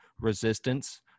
resistance